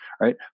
right